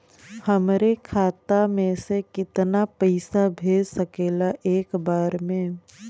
हमरे खाता में से कितना पईसा भेज सकेला एक बार में?